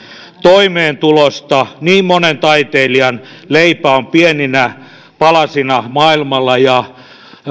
toimeentulosta niin monen taiteilijan leipä on pieninä palasina maailmalla ja